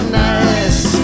nice